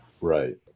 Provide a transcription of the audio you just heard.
Right